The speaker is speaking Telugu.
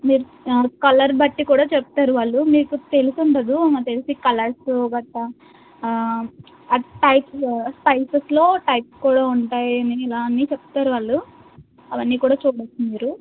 మీరు కలర్ బట్టి కూడా చెప్తారు వాళ్ళు మీకు తెలిసి ఉండదు నాకు తెలిసి కలర్స్ గట్టా ఆ టైప్స్ ఆ స్పైసెస్లో టైప్స్ కూడా ఉంటాయి ఇలా అని చెప్తారు వాళ్ళు అవన్నీ కూడా చూడవచ్చు మీరు